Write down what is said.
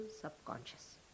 subconscious